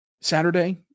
Saturday